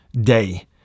day